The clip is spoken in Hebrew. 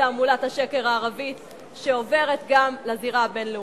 תעמולת השקר הערבית שעוברת גם לזירה הבין-לאומית.